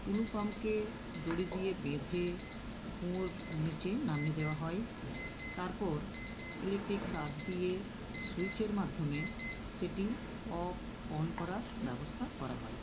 টুলু পাম্পকে দড়ি দিয়ে বেঁধে কুয়োর নীচে নামিয়ে দেওয়া হয় তারপর ইলেক্ট্রিক তার দিয়ে সুইচের মাধ্যমে সেটি অফ অন করার ব্যবস্থা করা হয়